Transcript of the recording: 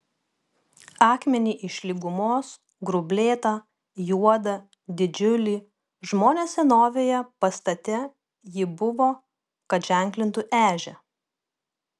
akmenį iš lygumos grublėtą juodą didžiulį žmonės senovėje pastate jį buvo kad ženklintų ežią